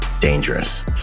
dangerous